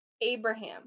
Abraham